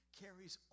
carries